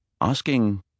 asking